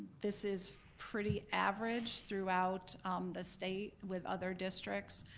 this is pretty average throughout the state with other districts,